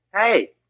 Hey